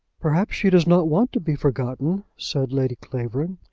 perhaps she does not want to be forgotten, said lady clavering.